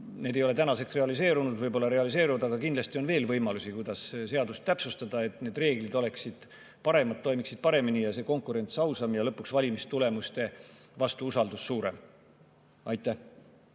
Need ei ole tänaseks realiseerunud, võib-olla [tulevikus] realiseeruvad. Aga kindlasti on veel võimalusi, kuidas seadust täpsustada, et need reeglid oleksid [selgemad], toimiksid paremini, see konkurents oleks ausam ja lõpuks valimistulemuste vastu oleks usaldus suurem. Aitäh!